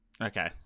Okay